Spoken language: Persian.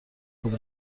خود